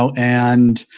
so and